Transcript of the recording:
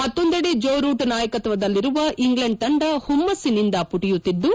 ಮತ್ತೊಂದೆಡೆ Joe Root ನಾಯಕತ್ವದಲ್ಲಿರುವ England ತಂಡ ಪುಮ್ಲಿನಿಂದ ಪುಟಿಯುತ್ತಿದ್ದು